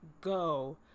go